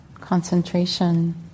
concentration